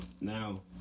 Now